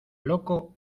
loco